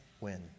win